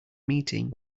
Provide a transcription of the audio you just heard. meeting